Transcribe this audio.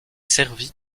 servi